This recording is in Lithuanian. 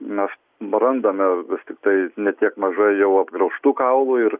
mes randame vis tiktai ne tiek mažai jau apgraužtų kaulų ir